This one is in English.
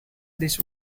this